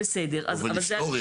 על ההליך המזורז.